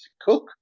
Cook